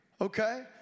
okay